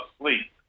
sleep